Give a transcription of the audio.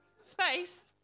space